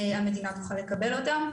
המדינה תוכל לקבל אותם.